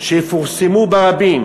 שיפורסמו ברבים.